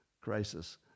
crisis